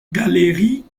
galeries